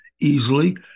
easily